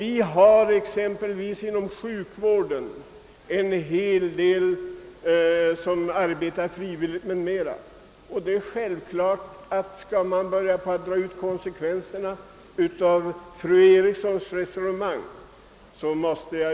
Inom exempelvis sjukvården arbetar en hel del människor frivilligt. Var skulle vi för övrigt hamna, om vi drog ut konsekvenserna av fru Erikssons resonemang?